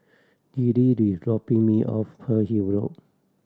Liddie is dropping me off Pearl Hill Road